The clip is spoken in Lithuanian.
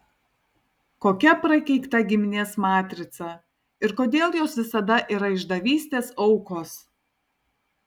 kokia prakeikta giminės matrica ir kodėl jos visada yra išdavystės aukos